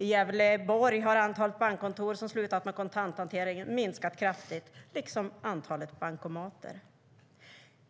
I Gävleborg har antalet bankkontor som hanterar kontanter minskat kraftigt, liksom antalet bankomater.